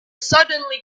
suddenly